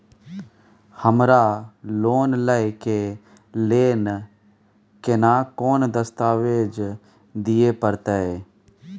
हमरा लोन लय के लेल केना कोन दस्तावेज दिए परतै?